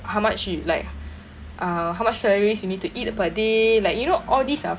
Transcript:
how much you like uh how much calories you need to eat per day like you know all these are